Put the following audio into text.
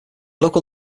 local